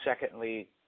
secondly